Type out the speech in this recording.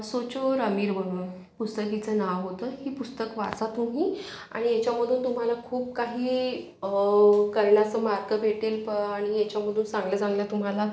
सोचो और अमीर बनो पुस्तकाचं नाव होतं ही पुस्तक वाचा तुम्ही आणि याच्यामधून तुम्हाला खूप काही कळणाचं मार्क भेटेल पण याच्यामधून चांगल्या चांगल्या तुम्हाला